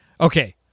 Okay